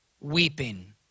Weeping